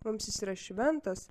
mums jis yra šventas